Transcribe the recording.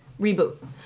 reboot